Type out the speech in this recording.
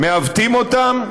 מעוותים אותם,